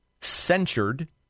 censured